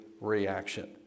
reaction